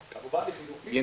בעד?